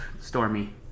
Stormy